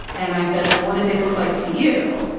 and i said well what did they look like to you.